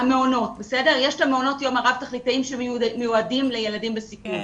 יש את מעונות היום הרב תכליתיים שמיועדים לילדים בסיכון,